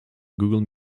google